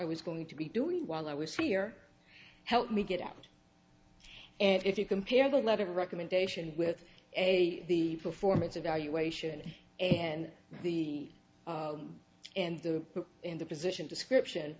i was going to be doing while i was here help me get out and if you compare the letter of recommendation with a the performance evaluation and the and the in the position description